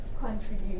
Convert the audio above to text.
contribute